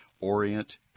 orient